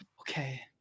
Okay